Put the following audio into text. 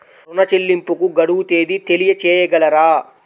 ఋణ చెల్లింపుకు గడువు తేదీ తెలియచేయగలరా?